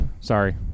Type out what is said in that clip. Sorry